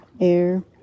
air